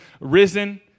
risen